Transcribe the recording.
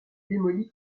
démoli